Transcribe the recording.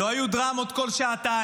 שלא היו דרמות בכל שעתיים,